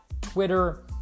Twitter